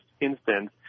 instance